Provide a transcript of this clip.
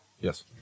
Yes